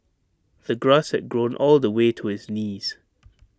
the grass had grown all the way to his knees